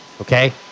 Okay